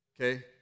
Okay